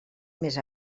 més